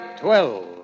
twelve